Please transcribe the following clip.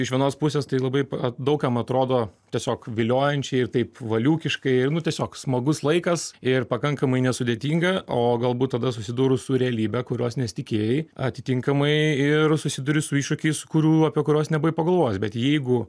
iš vienos pusės tai labai pa daug kam atrodo tiesiog viliojančiai ir taip valiūkiškai ir nu tiesiog smagus laikas ir pakankamai nesudėtinga o galbūt tada susidūrus su realybe kurios nesitikėjai atitinkamai ir susiduri su iššūkiais kurių apie kuriuos nebuvai pagalvojęs bet jeigu